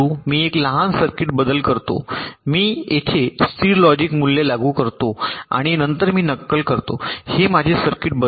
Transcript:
मी एक लहान सर्किट बदल करतो मी येथे स्थिर लॉजिक मूल्य लागू करतो आणि नंतर मी नक्कल करा हे माझे सर्किट बदल आहे